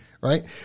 right